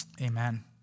amen